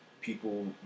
people